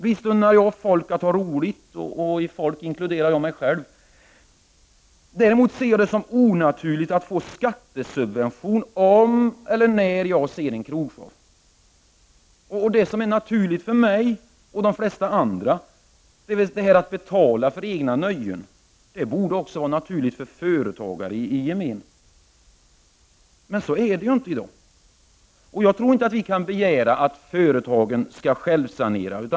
Visst unnar jag folk att ha roligt, och i folk inkluderar jag mig själv. Däremot ser jag det som onaturligt att få skattesubvention om eller när jag går och ser en krogshow. Det som är naturligt för mig och de flesta andra, dvs. att betala för egna nöjen, borde också vara naturligt för företagare i gemen. Men så är det inte i dag. Vi kan nog inte begära att företagarna skall självsanera.